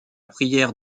prière